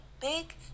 Big